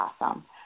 awesome